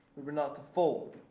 we were not to fold.